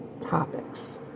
Topics